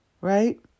right